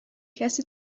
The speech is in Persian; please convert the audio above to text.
کسی